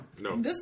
No